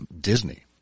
Disney